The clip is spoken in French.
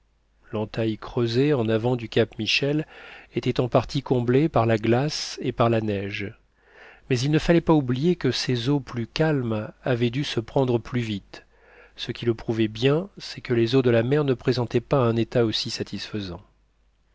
l'entaille creusée en avant du cap michel était en partie comblée par la glace et par la neige mais il ne fallait pas oublier que ses eaux plus calmes avaient dû se prendre plus vite ce qui le prouvait bien c'est que les eaux de la mer ne présentaient pas un état aussi satisfaisant